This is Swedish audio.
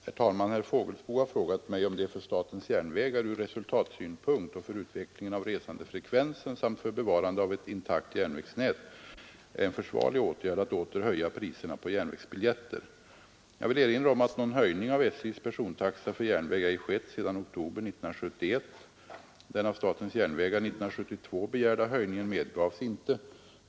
Herr talman! Herr Fågelsbo har frågat mig om det för statens järnvägar ur resultatsynpunkt och för utvecklingen av resandefrekvensen samt för bevarande av ett intakt järnvägsnät är en försvarlig åtgärd att åter höja priserna på järnvägsbiljetter. Jag vill erinra om att någon höjning av SJ:s persontaxa för järnväg ej skett sedan oktober 1971. Den av statens järnvägar år 1972 begärda höjningen medgavs inte.